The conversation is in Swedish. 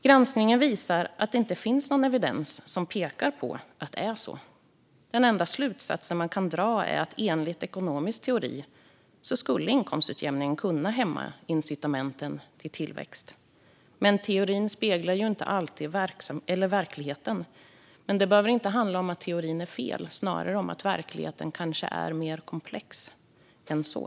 Granskningen visar att det inte finns någon evidens som pekar på att det är så. Den enda slutsats man kan dra är att enligt ekonomisk teori skulle inkomstutjämningen kunna hämma incitamenten till tillväxt. Men teorin speglar ju inte alltid verkligheten. Det behöver inte handla om att teorin är fel; snarare är kanske verkligheten mer komplex än så.